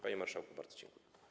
Panie marszałku, bardzo dziękuję.